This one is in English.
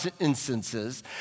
instances